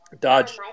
dodge